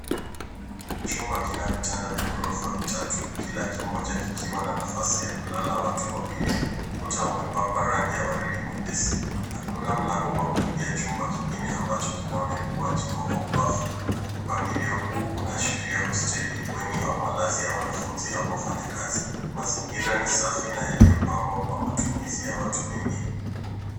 Chumba kina vitanda vya ghorofa vitatu. Kila kimoja kikiwa na nafasi ya watu wawili. Ukuta umepakwa rangi ya waridi mwepesi na kuna mlango wa kuingia chumba kingine ambacho kinaoneka kuwa jiko au bafu. Mpangilio huu unaashiria hosteli, bweni au malazi ya wanafunzi au wafanyakazi. Mazingira ni safi na yaliyopangwa kwa matumizi ya watu wengi.